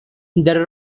there